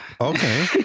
okay